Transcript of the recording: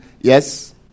Yes